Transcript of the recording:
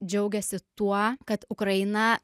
džiaugiasi tuo kad ukraina